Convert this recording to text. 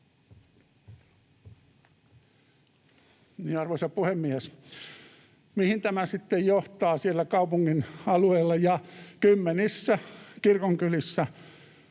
Arvoisa puhemies! Mihin tämä sitten johtaa siellä kaupungin alueella ja kymmenissä kirkonkylissä,